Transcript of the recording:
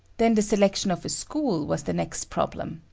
then the selection of a school was the next problem.